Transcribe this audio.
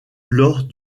lors